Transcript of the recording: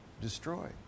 destroyed